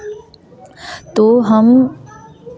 तो हम